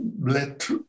let